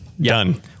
Done